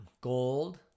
gold